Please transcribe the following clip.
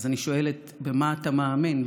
אז אני שואלת: במה אתה מאמין?